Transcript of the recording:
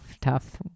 tough